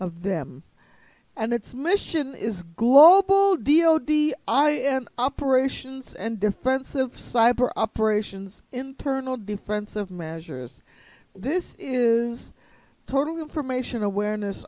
of them and its mission is global deal d i am operations and defensive cyber operations internal defensive measures this is total information awareness